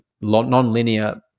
non-linear